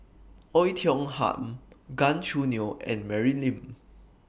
Oei Tiong Ham Gan Choo Neo and Mary Lim